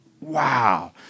wow